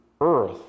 earth